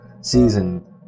season